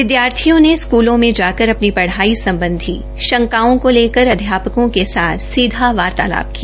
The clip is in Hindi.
विदयाथियों ने स्कूलों में जाकर अपनी पढ़ाई सम्बधी शंकाओं को लेकर अध्यापकों के साथ सीधा वार्तालाप किया